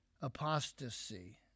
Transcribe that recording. Apostasy